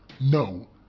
No